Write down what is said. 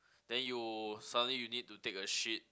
then you suddenly you need to take a shit